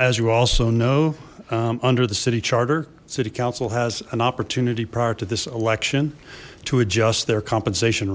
as you also know under the city charter city council has an opportunity prior to this election to adjust their compensation